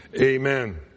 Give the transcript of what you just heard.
amen